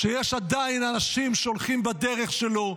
שיש עדיין אנשים שהולכים בדרך שלו,